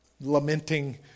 lamenting